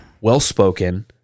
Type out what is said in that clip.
well-spoken